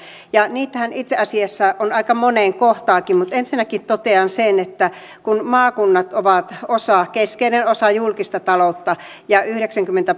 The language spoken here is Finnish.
ja niitähän itse asiassa on aika moneen kohtaankin mutta ensinnäkin totean sen että kun maakunnat ovat keskeinen osa julkista taloutta ja yhdeksänkymmentä